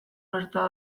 gerta